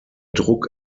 druck